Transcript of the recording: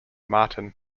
martin